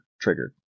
triggered